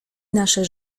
nasze